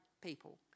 people